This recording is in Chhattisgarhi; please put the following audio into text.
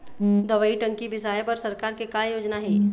दवई टंकी बिसाए बर सरकार के का योजना हे?